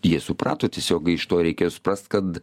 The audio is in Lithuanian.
jie suprato tiesiog iš to reikia suprast kad